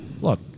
Look